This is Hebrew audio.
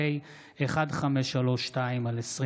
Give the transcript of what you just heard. פ/1532/25: